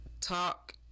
talk